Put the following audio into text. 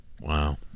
Wow